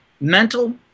mental